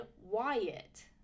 Wyatt